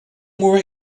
more